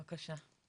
בבקשה.